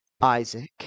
Isaac